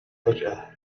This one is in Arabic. فجأة